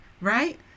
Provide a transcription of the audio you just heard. Right